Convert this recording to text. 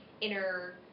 inner